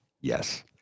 yes